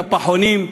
את הפחונים,